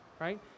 right